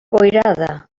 boirada